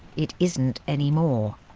it isn't anymore.